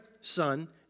Son